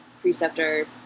preceptor